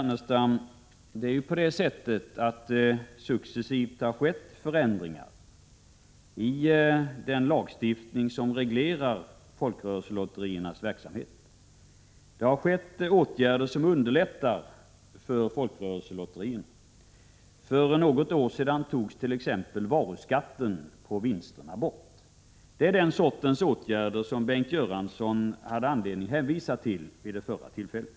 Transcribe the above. Herr talman! Det har successivt skett förändringar i den lagstiftning som reglerar folkrörelselotteriernas verksamhet, Lars Ernestam. Det har vidtagits åtgärder som underlättar för folkrörelselotterierna. För något år sedan togs t.ex. varuskatten på vinsterna bort. Det är den sortens åtgärder som Bengt Göransson hade anledning att hänvisa till vid det förra frågetillfället.